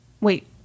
Wait